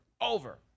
over